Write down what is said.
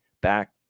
back